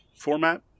format